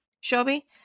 Shelby